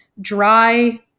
dry